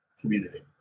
community